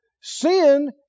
Sin